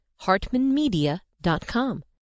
hartmanmedia.com